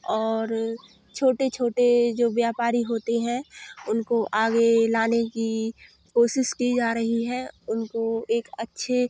और छोटे छोटे जो व्यापारी होते हैं उनको आगे लाने की कोशिश की जा रही है उनको एक अच्छे